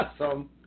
awesome